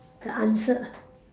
the answer